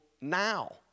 now